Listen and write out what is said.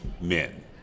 men